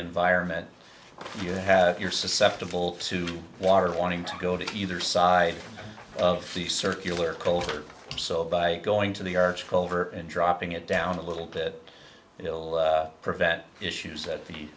environment you have you're susceptible to water wanting to go to either side of the circular colder so by going to the arch culver and dropping it down a little bit it will prevent issues that you